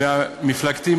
ומפלגתי,